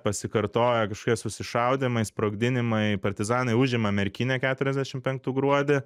pasikartoja kažkokie susišaudymai sprogdinimai partizanai užima merkinę keturiasdešimt penktų gruodį